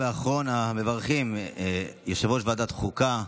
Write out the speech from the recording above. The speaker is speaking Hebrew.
אחרון המברכים, יושב-ראש ועדת החוקה,